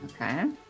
Okay